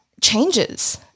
changes